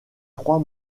trois